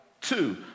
Two